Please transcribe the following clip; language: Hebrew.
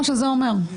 זה לא מה שזה אומר.